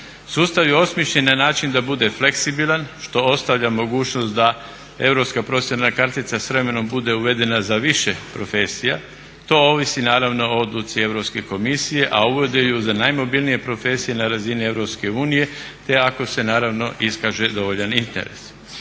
Sustav je osmišljen na način da bude fleksibilan, što ostavlja mogućnost da europska profesionalna kartica s vremenom bude uvedena za više profesija. To ovisi naravno o odluci Europske komisije, a uvode je za najmobilnije profesije na razini EU te ako se naravno iskaže dovoljan interes.